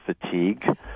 fatigue